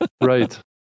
Right